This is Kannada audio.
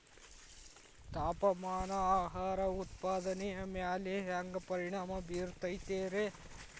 ತಾಪಮಾನ ಆಹಾರ ಉತ್ಪಾದನೆಯ ಮ್ಯಾಲೆ ಹ್ಯಾಂಗ ಪರಿಣಾಮ ಬೇರುತೈತ ರೇ?